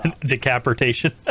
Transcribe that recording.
Decapitation